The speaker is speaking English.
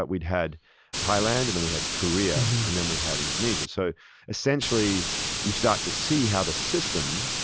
but we had thailand, and then we had korea, and then we had indonesia. so essentially you start to see how the system,